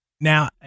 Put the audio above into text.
now